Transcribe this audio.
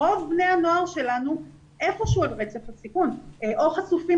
רוב בני הנוער שלנו הם איפשהו על רצף הסיכון או חשופים